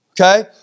okay